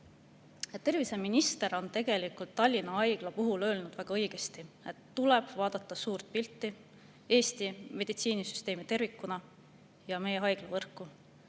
Terviseminister on tegelikult Tallinna Haigla puhul öelnud väga õigesti, et tuleb vaadata suurt pilti, Eesti meditsiinisüsteemi tervikuna ja meie haiglavõrku.